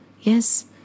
Yes